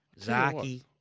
Zaki